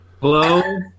Hello